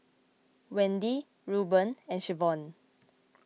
Wendi Reuben and Shavonne